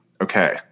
okay